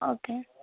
okay